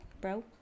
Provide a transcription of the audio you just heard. bro